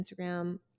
Instagram